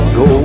go